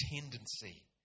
tendency